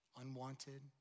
Unwanted